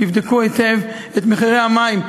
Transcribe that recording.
תבדקו היטב את מחירי המים,